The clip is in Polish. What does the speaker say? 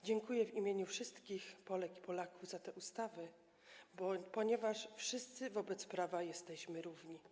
Dziękuję w imieniu wszystkich Polek i Polaków za tę ustawę, ponieważ wszyscy wobec prawa jesteśmy równi.